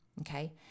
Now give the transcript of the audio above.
okay